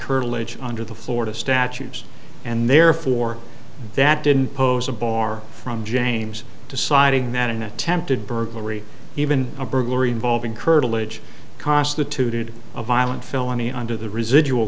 curtilage under the florida statutes and therefore that didn't pose a bar from james deciding that an attempted burglary even a burglary involving curtilage constituted a violent felony under the residual